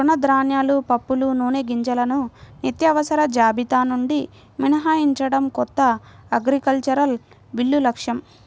తృణధాన్యాలు, పప్పులు, నూనెగింజలను నిత్యావసరాల జాబితా నుండి మినహాయించడం కొత్త అగ్రికల్చరల్ బిల్లు లక్ష్యం